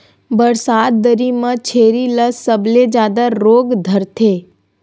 बरसात दरी म छेरी ल सबले जादा रोग धरथे